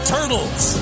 Turtles